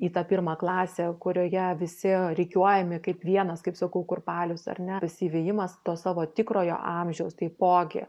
į tą pirmą klasę kurioje visi rikiuojami kaip vienas kaip sakau kurpalius ar ne pasivijimas to savo tikrojo amžiaus taipogi